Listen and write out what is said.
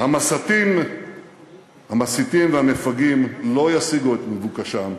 המסיתים והמפגעים לא ישיגו את מבוקשם,